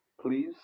please